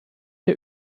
der